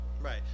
Right